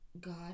God